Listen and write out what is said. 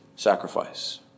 Sacrifice